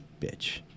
bitch